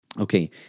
Okay